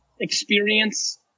experience